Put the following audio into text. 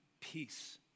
peace